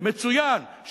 מצוין,